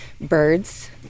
birds